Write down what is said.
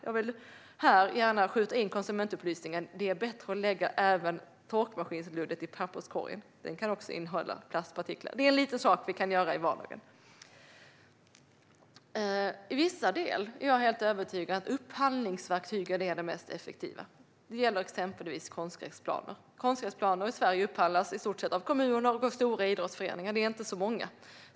Jag vill här gärna skjuta in en konsumentupplysning: Det är bättre att lägga torkmaskinsluddet i papperskorgen, för det kan också innehålla plastpartiklar. Det är en liten sak vi kan göra i vardagen. I vissa delar är jag helt övertygad om att upphandlingsverktygen är de mest effektiva. Det gäller exempelvis konstgräsplaner. Konstgräsplaner upphandlas i Sverige i stort sett av kommuner och av stora idrottsföreningar. Det är inte så många.